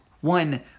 one